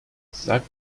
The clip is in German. sag